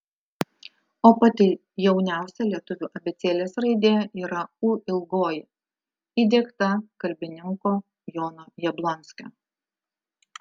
o pati jauniausia lietuvių abėcėlės raidė yra ū įdiegta kalbininko jono jablonskio